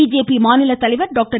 BJP மாநில தலைவர் doctor